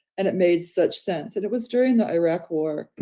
and it made such sense. and it was during the iraq war.